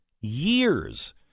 Years